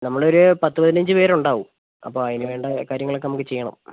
നമ്മളൊരു പത്ത് പതിനഞ്ച് പേർ ഉണ്ടാവും അപ്പോൾ അതിനുവേണ്ട കാര്യങ്ങളൊക്കെ നമുക്ക് ചെയ്യണം